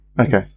Okay